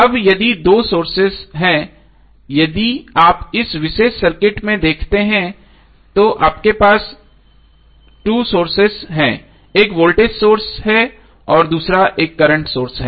अब यदि 2 सोर्स हैं यदि आप इस विशेष सर्किट में देखते हैं तो आपके पास 2 सोर्स हैं एक वोल्टेज सोर्स है दूसरा एक करंट सोर्स है